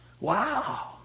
Wow